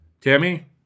Tammy